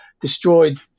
destroyed